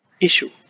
issue